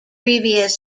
previous